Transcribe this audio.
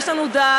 יש לנו דעת,